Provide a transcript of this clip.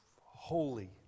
holy